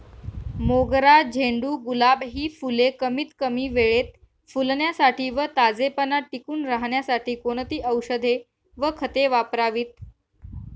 मोगरा, झेंडू, गुलाब हि फूले कमीत कमी वेळेत फुलण्यासाठी व ताजेपणा टिकून राहण्यासाठी कोणती औषधे व खते वापरावीत?